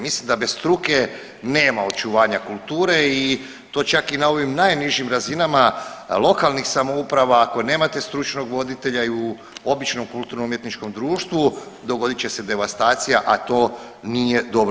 Mislim da bez struke nema očuvanja kulture i to čak na ovim najnižim razinama lokalnih samouprava ako nemate stručnog voditelja i u običnom kulturno-umjetničkom društvu dogodit će se devastacija, a to nije dobro.